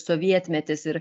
sovietmetis ir